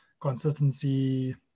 consistency